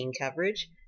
coverage